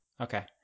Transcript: okay